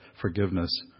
forgiveness